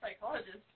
Psychologist